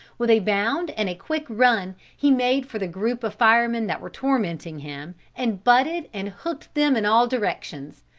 with a bound and a quick run he made for the group of firemen that were tormenting him and butted and hooked them in all directions,